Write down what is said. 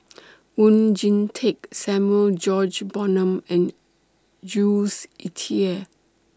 Oon Jin Teik Samuel George and Jules Itier